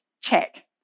check